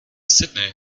sydney